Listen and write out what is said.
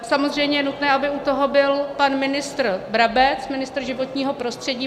Samozřejmě je nutné, aby u toho byl pan ministr Brabec, ministr životního prostředí.